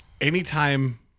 anytime